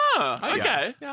Okay